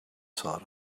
sort